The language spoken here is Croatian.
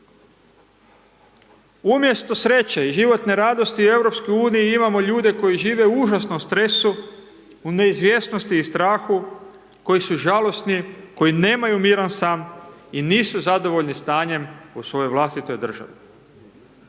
Umjesto sreće i životne radosti, u Europskoj uniji imamo ljude koji žive u užasnom stresu, u neizvjesnosti i strahu, koji su žalosni, koji nemaju miran san i nisu zadovoljni stanjem u svojoj vlastitoj državi.